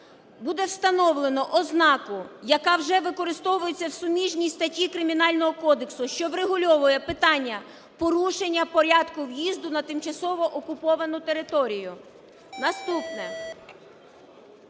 буде встановлено ознаку, яка вже використовується в суміжній статті Кримінального кодексу, що врегульовує питання порушення порядку в'їзду на тимчасово окуповану територію. Наступне,